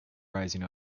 rising